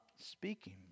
speaking